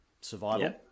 survival